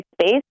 space